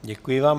Děkuji vám.